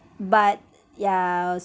but yeah